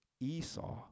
Esau